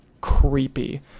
creepy